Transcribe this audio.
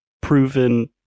proven